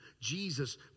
Jesus